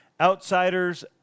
Outsiders